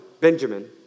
Benjamin